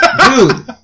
dude